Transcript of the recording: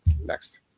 Next